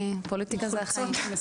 פוליטיקה זה החיים.